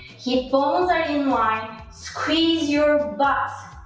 hip bones are in line, squeeze your butt